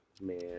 Man